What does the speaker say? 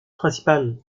principal